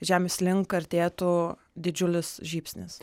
žemės link artėtų didžiulis žybsnis